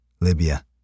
Libya